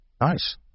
Nice